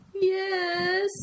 Yes